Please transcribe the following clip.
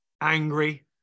angry